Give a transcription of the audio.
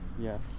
Yes